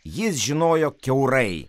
jis žinojo kiaurai